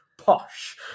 posh